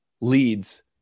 leads